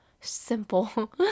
simple